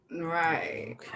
Right